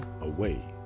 away